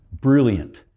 Brilliant